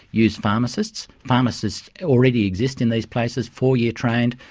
use pharmacists. pharmacists already exist in these places, four-year trained,